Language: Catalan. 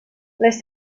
les